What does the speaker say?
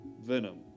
Venom